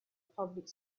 public